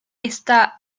está